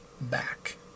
back